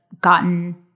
gotten